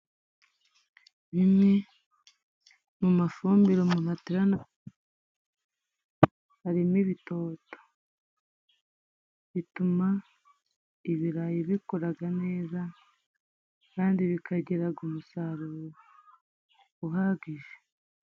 Bimwe mu mafumbire umuntu aterana harimo ibitoto, bituma ibirayi bikuraga neza, kandi bikagira ku umusaruro uhagije.